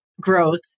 growth